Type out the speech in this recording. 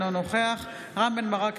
אינו נוכח רם בן ברק,